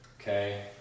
okay